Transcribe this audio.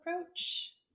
approach